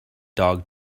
dog